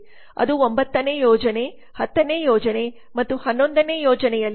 ಅದು ಒಂಬತ್ತನೇ ಯೋಜನೆ ಹತ್ತನೇ ಯೋಜನೆ ಮತ್ತು ಹನ್ನೊಂದನೇ ಯೋಜನೆಯಲ್ಲಿ 2